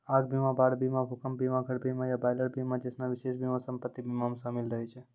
आग बीमा, बाढ़ बीमा, भूकंप बीमा, घर बीमा या बॉयलर बीमा जैसनो विशेष बीमा सम्पति बीमा मे शामिल रहै छै